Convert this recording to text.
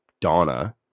Donna